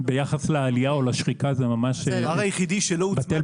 ביחס לעלייה או לשחיקה, זה ממש בטל בשישים.